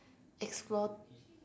explore